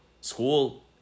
school